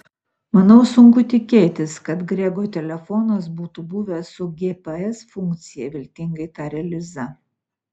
manau sunku tikėtis kad grego telefonas būtų buvęs su gps funkcija viltingai tarė liza